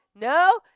No